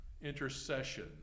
intercession